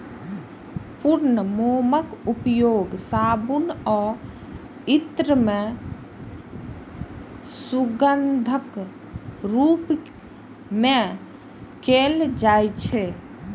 पूर्ण मोमक उपयोग साबुन आ इत्र मे सुगंधक रूप मे कैल जाइ छै